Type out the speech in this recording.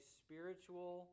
spiritual